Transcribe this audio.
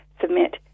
submit